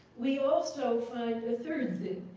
we also find a third thing,